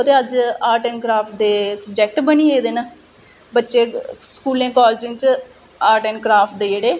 कि स्टेशनरी दा जेहड़ी आर्ट सप्लाइज होंदी ऐ